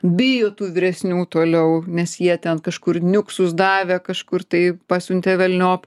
bijo tų vyresnių toliau nes jie ten kažkur niuksus davė kažkur tai pasiuntė velniop